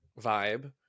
vibe